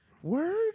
Word